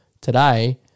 today